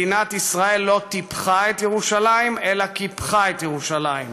מדינת ישראל לא טיפחה את ירושלים אלא קיפחה את ירושלים.